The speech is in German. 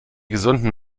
gesunden